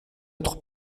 notre